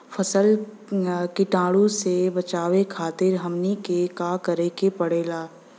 फसल के कीटाणु से बचावे खातिर हमनी के का करे के पड़ेला?